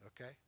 Okay